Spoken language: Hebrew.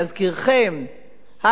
להזכירכם,